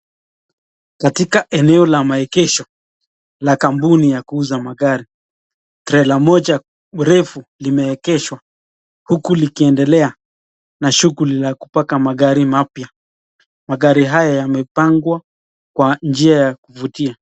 Katika ene la maegesho la kampuni la kuuza magari, trela moja mrefu limeegeshwa, huku likiendelea na shughuli la kupata magari mapya. Magari haya yamepangwa kwa nji ya kuvutia.